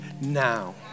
now